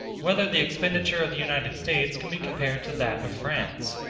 whether the expenditure of the united states can be compared to that of france